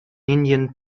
indian